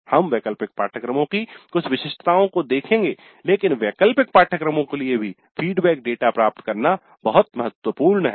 हम वैकल्पिक पाठ्यक्रमों की कुछ विशिष्टताओं को देखेंगे लेकिन वैकल्पिक पाठ्यक्रमों के लिए भी फीडबैक डेटा प्राप्त करना बहुत महत्वपूर्ण है